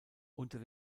unter